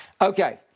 Okay